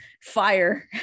fire